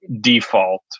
default